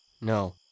No